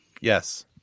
Yes